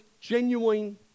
genuine